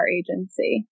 agency